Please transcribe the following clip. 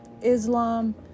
Islam